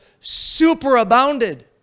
superabounded